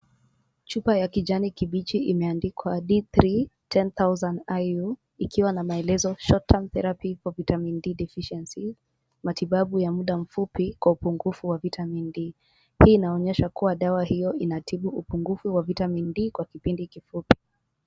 Chupa ya kijani kibichi imeandikwa D3 ten thousand IU ikiwa na maelezo short term therapy for vitamin D deficiency . Matibabu ya muda mfupi kwa upungufu wa vitamin D. Hii inaonyesha kuwa dawa hiyo inatibu upungufu wa Vitamin D kwa kipindi kifupi.